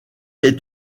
est